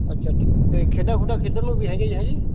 ਅੱਛਾ ਜੀ ਅਤੇ ਖੇਡਾਂ ਖੂਡਾਂ ਖੇਡਣ ਨੂੰ ਵੀ ਹੈਂਗੇ ਐਂ ਜੀ ਹੈਂਜੀ